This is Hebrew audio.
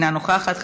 אינה נוכחת.